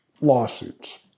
lawsuits